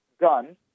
gun